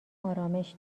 آرامش